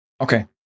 Okay